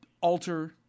alter